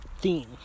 theme